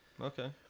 Okay